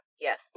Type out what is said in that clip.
Yes